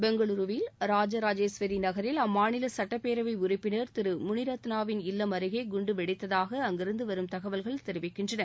பெங்களூருவில் ராஜராஜேஸ்வரி நகரில் அம்மாநில சட்டப்பேரவை உறுப்பினர் திரு முனிரத்னாவின் இல்லம் அருகே குண்டு வெடித்ததாக அங்கிருந்து வரும் தகவல்கள் தெரிவிக்கின்றன